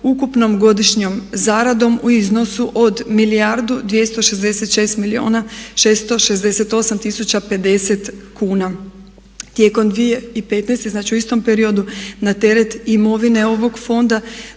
ukupnom godišnjom zaradom u iznosu od milijardu 266 milijuna 668 tisuća 50 kuna. Tijekom 2015. znači u istom periodu na teret imovine ovog fonda